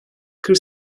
kırk